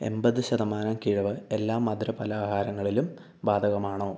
എൺപത് ശതമാനം കിഴിവ് എല്ലാ മധുര പലഹാരങ്ങളിലും ബാധകമാണോ